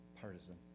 partisan